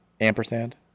Ampersand